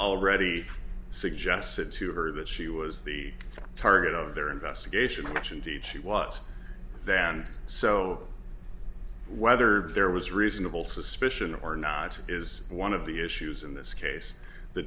already suggested to her that she was the target of their investigation action deed she was then and so whether there was reasonable suspicion or not is one of the issues in this case the